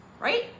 right